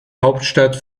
hauptstadt